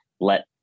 let